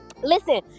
Listen